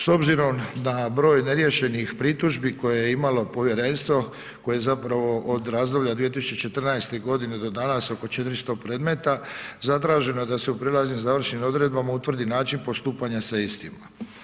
S obzirom na broj neriješenih pritužbi koje je imalo povjerenstvo koje zapravo od razdoblja 2014. godine do danas oko 400 predmeta zatraženo je da se u prijelaznim i završnim odredbama utvrdi način postupanja sa istim.